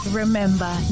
remember